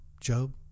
Job